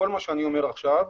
כל מה שאני אומר עכשיו,